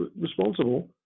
responsible